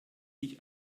sich